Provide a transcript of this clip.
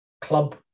club